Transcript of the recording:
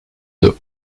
dos